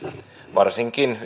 varsinkin